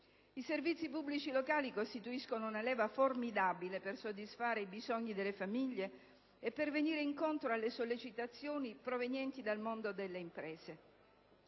I servizi pubblici locali costituiscono una leva formidabile per soddisfare i bisogni delle famiglie e per venire incontro alle sollecitazioni provenienti dal mondo delle imprese.